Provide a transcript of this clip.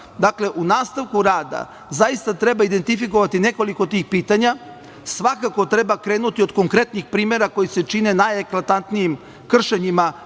u nastavku rada zaista treba identifikovati nekoliko tih pitanja. Svakako treba krenuti od konkretnih primera koji se čini najeklatantnijim kršenjima